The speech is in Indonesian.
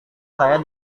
saya